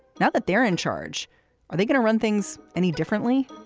now that they're in charge are they going to run things any differently.